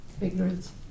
Ignorance